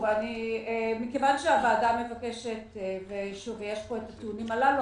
מכיוון שהוועדה מבקשת ויש פה את הטיעונים הללו,